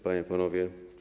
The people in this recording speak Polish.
Panie i Panowie!